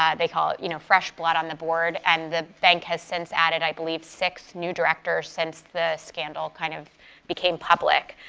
ah they call it you know fresh blood on the board. and the bank has since added, i believe six new directors since the scandal kind of became public.